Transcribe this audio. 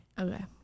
Okay